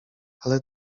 ale